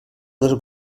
dos